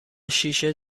شیشه